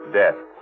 death